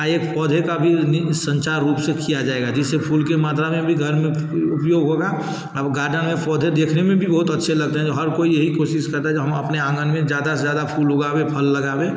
और एक पौधे का भी निसंचार रूप से किया जाएगा जिसे फूल के मात्रा में भी घर में उपयोग होगा अब गार्डन में पौधे देखने में भी बहुत अच्छे लगते हैं हर कोई यही कोशिश करता है जो हम अपने आंगन में ज़्यादा से ज़्यादा फूल उगाएं फल लगाएं